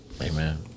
Amen